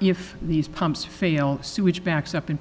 if these pumps fail sewage backs up in